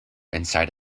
inside